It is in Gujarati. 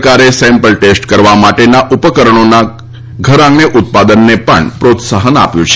સરકારે સેમ્પલ ટેસ્ટ કરવા માટેના ઉપકરણોના ઘરઆંગણે ઉત્પાદનને પણ પ્રોત્સાહન આપ્યં છે